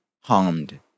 harmed